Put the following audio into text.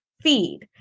feed